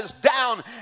down